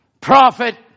Prophet